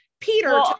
Peter